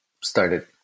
started